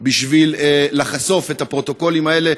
בשביל לחשוף את הפרוטוקולים האלה,